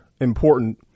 important